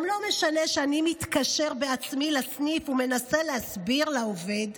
גם לא משנה שאני מתקשר בעצמי לסניף ומנסה להסביר לעובד,